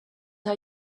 are